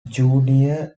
junior